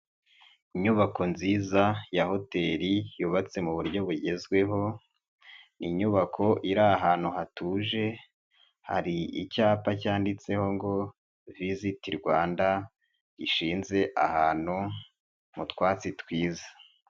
Inyubako nziza ya hoteri yubatse mu buryo bugezweho ni inyubako iri ahantu hatuje hari icyapa cyanditseho ngo viziti Rwanda gishinze ahantu mu twatsi twiza.